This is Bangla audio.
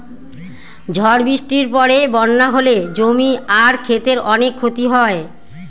ঝড় বৃষ্টির পরে বন্যা হলে জমি আর ক্ষেতের অনেক ক্ষতি হয়